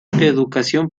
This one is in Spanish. educación